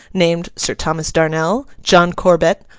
named sir thomas darnel, john corbet,